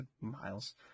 Miles